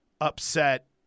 upset